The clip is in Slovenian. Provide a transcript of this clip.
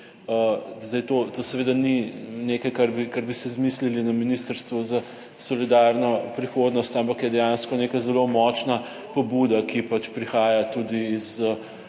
to seveda ni nekaj, kar bi si izmislili na Ministrstvu za solidarno prihodnost, ampak je dejansko neka zelo močna pobuda, ki pač prihaja tudi iz